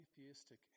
atheistic